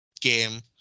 game